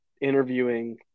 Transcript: interviewing